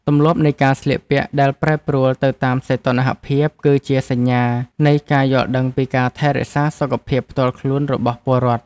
ទម្លាប់នៃការស្លៀកពាក់ដែលប្រែប្រួលទៅតាមសីតុណ្ហភាព គឺជាសញ្ញានៃការយល់ដឹងពីការថែរក្សាសុខភាពផ្ទាល់ខ្លួនរបស់ពលរដ្ឋ។